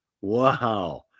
wow